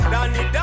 Danny